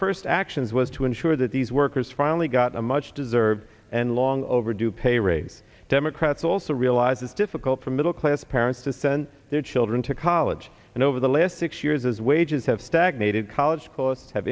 first actions was to ensure that these workers finally got a much deserved and long overdue pay raise democrats also realize it's difficult for middle class parents to send their children to college and over the last six years as wages have stagnated college costs have